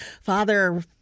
Father